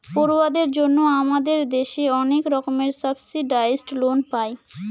পড়ুয়াদের জন্য আমাদের দেশে অনেক রকমের সাবসিডাইসড লোন পায়